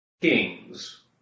Kings